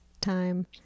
time